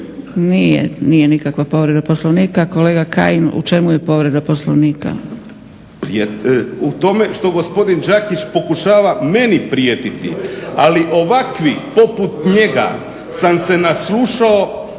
Nije nikakva povreda Poslovnika. Kolega Kajin u čemu je povreda Poslovnika? **Kajin, Damir (Nezavisni)** U tome što gospodin Đakić pokušava meni prijetiti. Ali ovakvih poput njega sam se naslušao